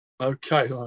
Okay